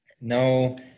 no